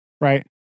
right